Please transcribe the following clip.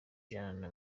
ijana